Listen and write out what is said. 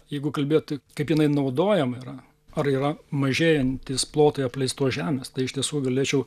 jeigu kalbėti taip kaip jinai naudojama yra ar yra mažėjantys plotai apleistos žemės tai iš tiesų galėčiau